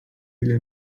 ile